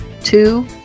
two-